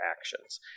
actions